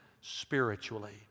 spiritually